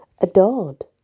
Adored